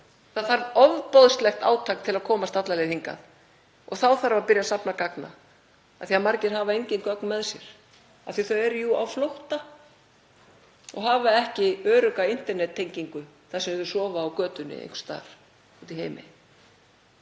það þarf ofboðslegt átak til að komast alla leið hingað og þá þarf að byrja að afla gagna af því að margir hafa engin gögn með sér af því að þau eru jú á flótta og hafa ekki örugga internettengingu þar sem þau sofa á götunni einhvers staðar úti í heimi.